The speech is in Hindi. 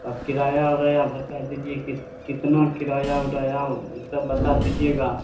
अब किराया उराया बता दीजिए कित कितना किराया उडाया वह सब बता दीजिएगा